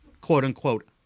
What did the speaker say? quote-unquote